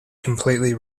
completely